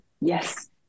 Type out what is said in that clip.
Yes